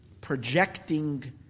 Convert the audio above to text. projecting